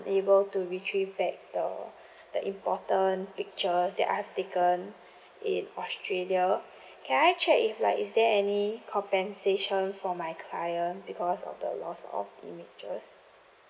able to retrieve back the the important pictures that I've taken in australia can I check if like is there any compensation for my client because of the loss of images